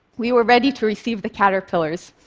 we were ready to receive the caterpillars.